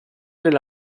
della